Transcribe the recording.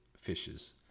Fishes